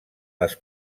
les